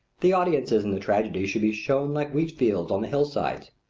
the audiences in the tragedies should be shown like wheat-fields on the hill-sides,